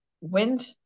Wind